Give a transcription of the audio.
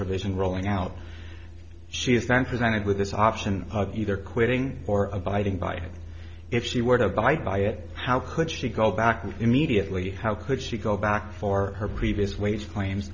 provision rolling out she is then presented with this option either quitting or abiding by if she were to abide by it how could she go back and immediately how could she go back for her previous wage claims